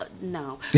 No